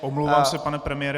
Omlouvám se, pane premiére.